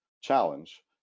challenge